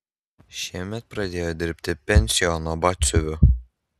šiemet pradėjo dirbti pensiono batsiuviu